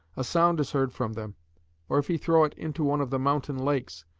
a sound is heard from them or if he throw it into one of the mountain lakes,